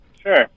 Sure